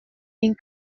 این